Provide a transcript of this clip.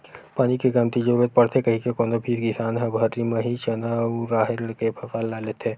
पानी के कमती जरुरत पड़थे कहिके कोनो भी किसान ह भर्री म ही चना अउ राहेर के फसल ल लेथे